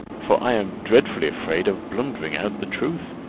for i am dreadfully afraid of blundering out the truth.